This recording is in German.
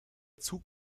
zug